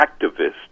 activists